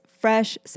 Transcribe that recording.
fresh